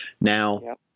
now